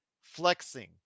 flexing